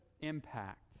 impact